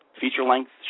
feature-length